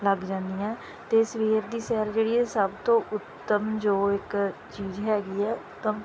ਲੱਗ ਜਾਂਦੀਆਂ ਅਤੇ ਸਵੇਰ ਦੀ ਸੈਰ ਜਿਹੜੀ ਹੈ ਸਭ ਤੋਂ ਉੱਤਮ ਜੋ ਇੱਕ ਚੀਜ਼ ਹੈਗੀ ਹੈ ਉੱਤਮ